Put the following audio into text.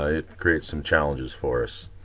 it creates some challenges for us.